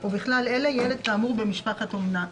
ובכלל אלה, ילד כאמור במשפחת אומנה".